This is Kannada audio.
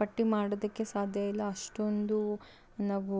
ಪಟ್ಟಿ ಮಾಡೋದಕ್ಕೆ ಸಾಧ್ಯ ಇಲ್ಲ ಅಷ್ಟೊಂದು ನಾವು